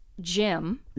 Jim